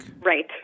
Right